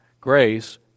Grace